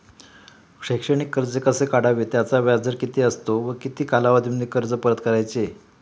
शैक्षणिक कर्ज कसे काढावे? त्याचा व्याजदर किती असतो व किती कालावधीमध्ये कर्ज परत करायचे?